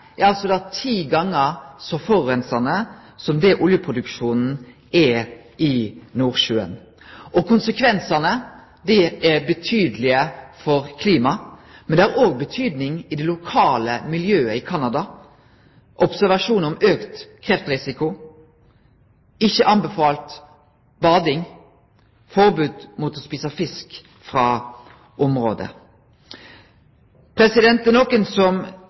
er altså ti gonger så forureinande som det oljeproduksjonen i Nordsjøen er. Konsekvensane er betydelege for klimaet, men det har òg mykje å seie for det lokale miljøet i Canada: observasjonar om auka kreftrisiko, ikkje anbefalt bading, forbod mot å ete fisk frå området. Det er nokre som